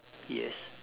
yes